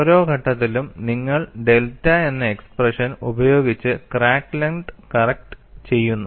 ഓരോ ഘട്ടത്തിലും നിങ്ങൾ ഡെൽറ്റ എന്ന എക്സ്പ്രെഷൻ ഉപയോഗിച്ച് ക്രാക്ക് ലെങ്ത് കറക്റ്റ് ചെയ്യുന്നു